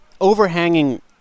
overhanging